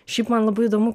šiaip man labai įdomu